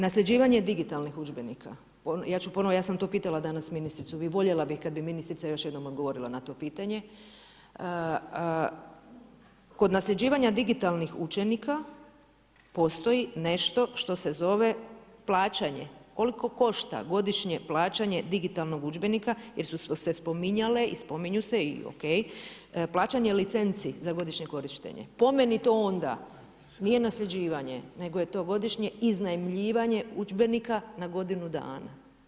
Nasljeđivanje digitalnih udžbenika, ja ću ponovit, ja sam to pitala danas ministricu i voljela bi kad bi ministrica još jednom odgovorila na to pitanje, (a,a), kod nasljeđivanja digitalnih učenika postoji nešto što se zove plaćanje, koliko košta godišnje plaćanje digitalnog udžbenika jer su se spominjale i spominju se i ok plaćanje licenci za godišnje korištenje, po meni to onda nije nasljeđivanje nego je to godišnje iznajmljivanje udžbenika na godinu dana.